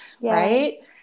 Right